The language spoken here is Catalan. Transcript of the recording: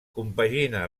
compagina